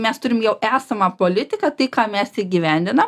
mes turim jau esamą politiką tai ką mes įgyvendinam